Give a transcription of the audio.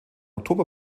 oktober